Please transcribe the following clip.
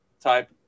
type